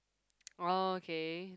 okay